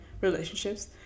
relationships